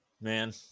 man